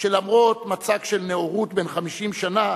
שלמרות מצג של נאורות בן 50 שנה,